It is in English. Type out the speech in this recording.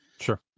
Sure